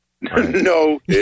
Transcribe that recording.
No